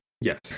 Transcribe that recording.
yes